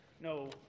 No